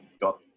got